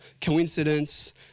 coincidence